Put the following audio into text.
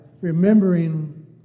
remembering